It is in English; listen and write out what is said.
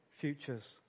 futures